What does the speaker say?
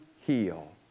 heal